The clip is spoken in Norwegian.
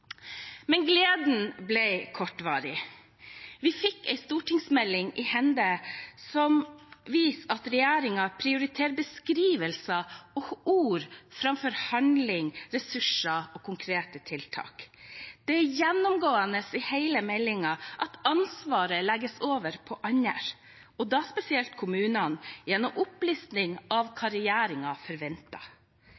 Men gleden ble kortvarig. Vi fikk en stortingsmelding i hende som viser at regjeringen prioriterer beskrivelser og ord, framfor handling, ressurser og konkrete tiltak. Det er gjennomgående i hele meldingen at ansvaret legges over på andre, da spesielt kommunene, gjennom opplisting av hva